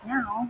Now